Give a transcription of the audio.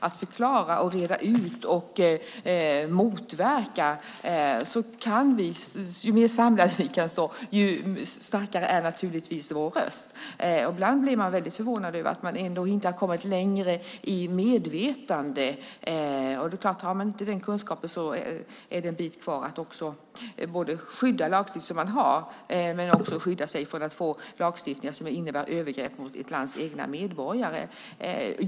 Ju mer samlade vi kan stå, desto starkare är naturligtvis vår röst. Ibland är det väldigt förvånande att man ändå inte har kommit längre i medvetande. Det är klart att har man inte den kunskapen är det en bit kvar till att skydda lagstiftningen man har men också att skydda sig mot lagstiftningar som innebär övergrepp mot ett lands egna medborgare.